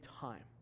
time